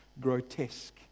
grotesque